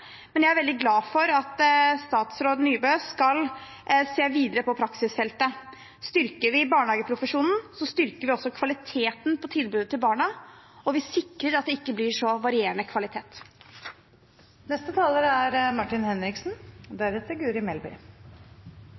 Jeg er veldig glad for at statsråd Nybø skal se videre på praksisfeltet. Styrker vi barnehageprofesjonen, styrker vi også kvaliteten på tilbudet til barna, og vi sikrer at det ikke blir så varierende